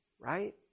right